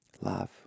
love